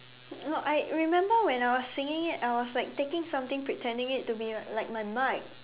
no I remember when I was singing it I was like taking something pretending it to be like my mic